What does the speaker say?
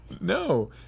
No